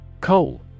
Coal